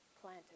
planted